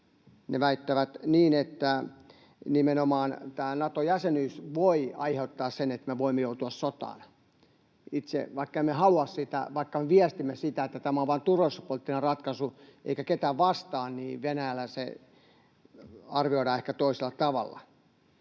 He väittävät, että nimenomaan tämä Nato-jäsenyys voi aiheuttaa sen, että me voimme joutua sotaan. Vaikka emme halua sitä, vaikka viestimme sitä, että tämä on vain turvallisuuspoliittinen ratkaisu eikä ketään vastaan, niin Venäjällä se arvioidaan ehkä toisella tavalla.